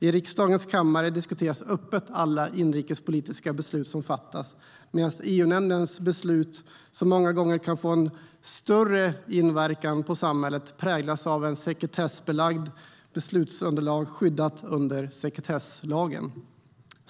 I riksdagens kammare diskuteras öppet alla inrikespolitiska beslut som fattas medan EU-nämndens beslut, som många gånger kan ha större inverkan på samhället, präglas av ett sekretessbelagt beslutsunderlag skyddat under sekretesslagen.